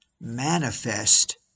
manifest